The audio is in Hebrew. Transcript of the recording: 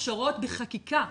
הכשרות בחקיקה,